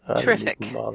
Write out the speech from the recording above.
Terrific